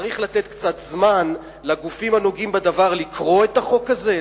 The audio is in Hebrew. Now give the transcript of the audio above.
צריך לתת קצת זמן לגופים הנוגעים בדבר לקרוא את החוק הזה?